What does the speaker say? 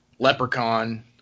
Leprechaun